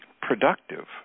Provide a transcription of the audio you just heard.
productive